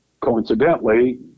Coincidentally